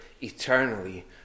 eternally